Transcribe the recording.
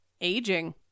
aging